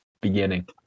beginning